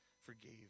forgave